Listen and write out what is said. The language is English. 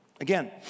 Again